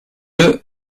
mieux